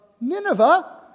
Nineveh